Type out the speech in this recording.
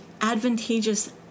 advantageous